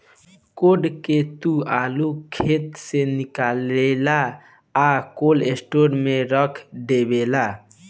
code के तू आलू खेत से निकालेलऽ आ कोल्ड स्टोर में रख डेवेलऽ